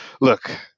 Look